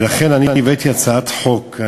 ולכן אני הבאתי הצעת חוק,